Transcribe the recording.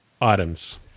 items